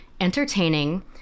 entertaining